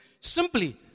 Simply